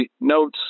notes